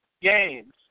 games